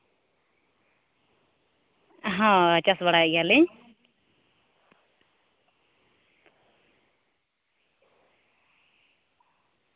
ᱦᱳᱭ ᱪᱟᱥ ᱵᱟᱲᱟᱭ ᱜᱮᱭᱟᱞᱤᱧ